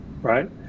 right